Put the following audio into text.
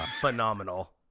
phenomenal